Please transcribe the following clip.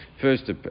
First